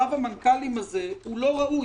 קרב המנכ"לים הזה לא ראוי.